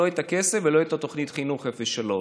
לא את הכסף ולא את תוכנית החינוך לאפס עד שלוש.